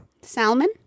Salmon